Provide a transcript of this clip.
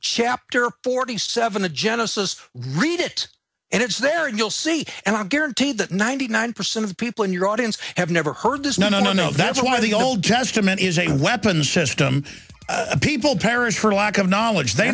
chapter forty seven the genesis read it and it's there and you'll see and i guarantee that ninety nine percent of people in your audience have never heard this no no no that's why the old testament is a weapons system a people perish for lack of knowledge they